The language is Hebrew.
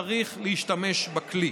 וצריך להשתמש בכלי.